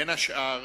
בין השאר